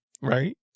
right